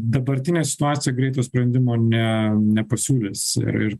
dabartinė situacija greito sprendimo ne nepasiūlys ir